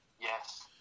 Yes